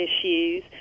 issues